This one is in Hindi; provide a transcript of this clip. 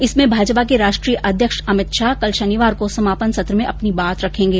इसमें भाजपा के राष्ट्रीय अध्यक्ष अमित शाह कल शनिवार को समापन सत्र में अपनी बात रखेंगे